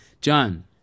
John